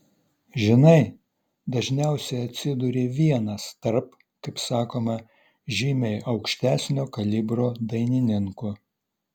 žinai dažniausiai atsiduri vienas tarp kaip sakoma žymiai aukštesnio kalibro dainininkų